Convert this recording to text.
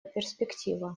перспектива